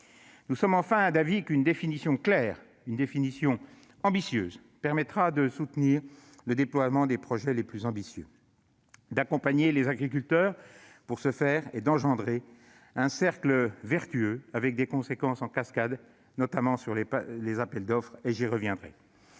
Nous sommes enfin d'avis qu'une définition claire et rigoureuse permettra de soutenir le déploiement des projets les plus ambitieux, d'accompagner les agriculteurs et d'engendrer un cercle vertueux avec des conséquences en cascade, notamment sur les appels d'offres- j'y reviendrai